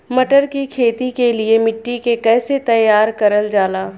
मटर की खेती के लिए मिट्टी के कैसे तैयार करल जाला?